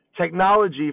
technology